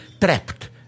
Trapped